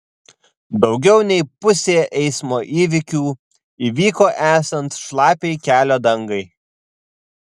daugiau nei pusė eismo įvykių įvyko esant šlapiai kelio dangai